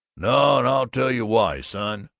no, and i'll tell you why, son.